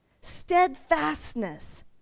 Steadfastness